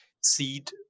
seed